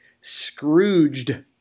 Scrooged